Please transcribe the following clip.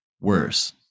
worse